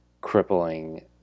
crippling